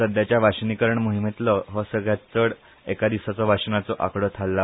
सध्याच्या वाशीनीकरण मोहीमेतलो हो सगळ्यांन चड एका दिसाचो वाशीनाचो आंकडो थारला